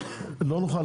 לא נוכל,